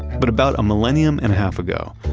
but about a millennium and a half ago,